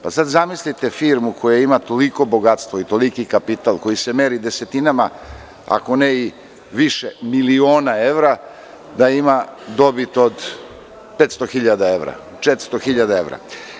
Sada zamislite firmu koja ima toliko bogatstvo i toliki kapital koji se meri desetinama, ako ne i više miliona evra, da ima dobit od 500.000 evra.